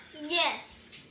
Yes